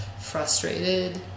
frustrated